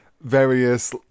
various